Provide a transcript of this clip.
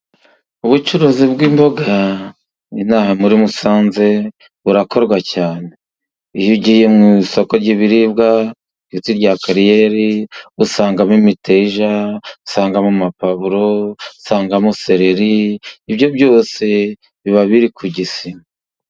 Ubucuruzi bw'imboga ino aha muri Musanze burakorwa cyane, iyo ugiye mu isoko ry'ibiribwa ndetse rya Kariyeri usangamo imiteja, usangamo amapavuro, usangamo seleri ibyo byose biba biri ku gisima.